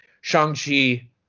Shang-Chi